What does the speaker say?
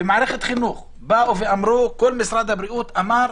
כל משרד הבריאות אמר: